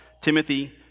Timothy